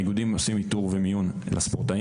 האיגודים עושים איתור ומיון לספורטאים,